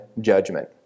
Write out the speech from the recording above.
judgment